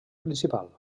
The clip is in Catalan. principal